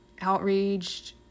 outraged